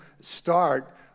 start